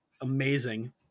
amazing